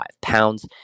pounds